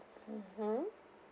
mmhmm